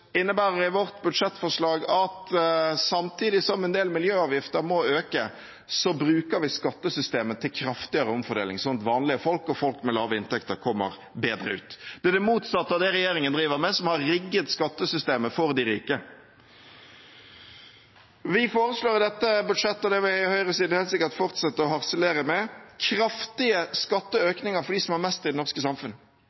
innebærer i vårt budsjettforslag at samtidig som en del miljøavgifter må øke, bruker vi skattesystemet til kraftigere omfordeling, slik at vanlige folk og folk med lave inntekter kommer bedre ut. Det er det motsatte av det regjeringen, som har rigget skattesystemet for de rike, driver med. Vi foreslår i dette budsjettet – og det vil høyresiden helt sikkert fortsette å harselere over – kraftige